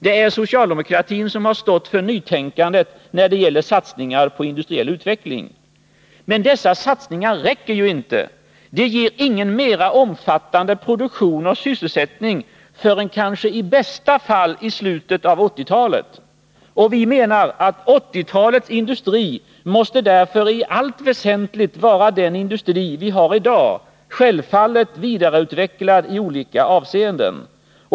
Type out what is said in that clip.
Det är socialdemokratin som stått för nytänkandet när det gäller satsningar på industriell utveckling. Men dessa satsningar räcker ju inte. De ger ingen mera omfattande produktion och sysselsättning förrän kanske i bästa fall i slutet av 1980-talet. Vi menar att 1980-talets industri därför i allt väsentligt måste vara den industri vi har i dag, självfallet vidareutvecklad i olika avseenden.